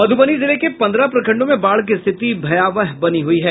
मध्रबनी जिले के पन्द्रह प्रखंडों में बाढ़ की स्थिति भयावह बनी हुई है